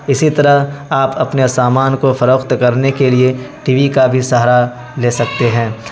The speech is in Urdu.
اسی طرح آپ اپنے سامان کو فروخت کرنے کے لیے ٹی وی کا بھی سہارا لے سکتے ہیں